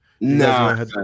No